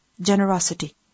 generosity